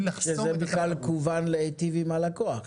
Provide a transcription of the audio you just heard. זה כוון להטיב עם הלקוח